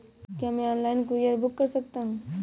क्या मैं online courier book कर सकता हूँ?